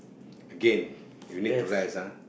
again you need to rest ah